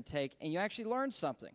and take and you actually learn something